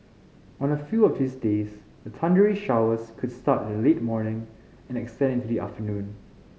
on a few of these days the thundery showers could start in the late morning and extend into the afternoon